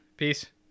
Peace